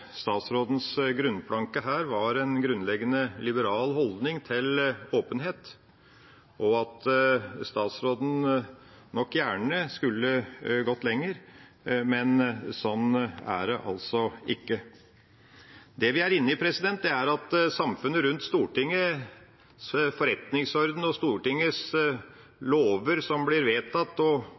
statsrådens grunnplanke her var en grunnleggende liberal holdning til åpenhet, og at statsråden nok gjerne skulle gått lenger, men sånn er det altså ikke. Det vi er inne i, er at når det gjelder Stortingets forretningsorden og Stortingets lover som blir vedtatt, og